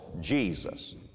Jesus